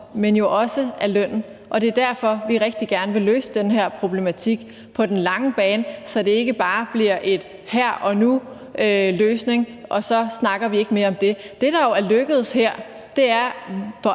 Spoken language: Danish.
dels af lønnen, og det er derfor, vi rigtig gerne vil løse den her problematik på den lange bane, så det ikke bare bliver en her og nu-løsning, og så snakker vi ikke mere om det. Det, der jo er lykkedes her, er for